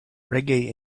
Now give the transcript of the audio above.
reggae